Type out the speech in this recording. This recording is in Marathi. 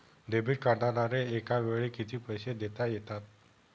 डेबिट कार्डद्वारे एकावेळी किती पैसे देता येतात?